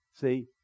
See